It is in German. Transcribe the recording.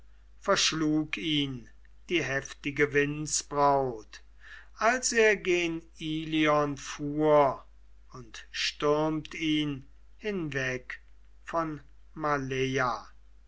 verschlug ihn die heftige windsbraut als er gen ilion fuhr und stürmt ihn hinweg von maleia